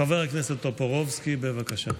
חבר הכנסת טופורובסקי, בבקשה.